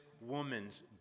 woman's